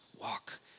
walk